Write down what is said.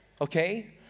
okay